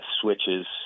switches